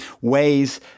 ways